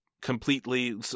Completely